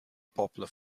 popular